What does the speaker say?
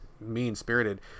mean-spirited